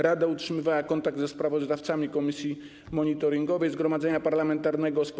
Rada utrzymywała kontakt ze sprawozdawcami komisji monitorignowej Zgromadzenia Parlamentarnego Rady Europy.